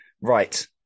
Right